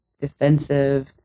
defensive